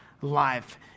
life